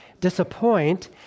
disappoint